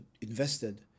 invested